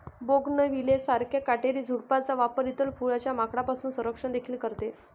bougainvillea सारख्या काटेरी झुडपांचा वापर इतर फुलांचे माकडांपासून संरक्षण देखील करते